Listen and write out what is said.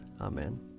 Amen